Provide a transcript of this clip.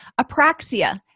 Apraxia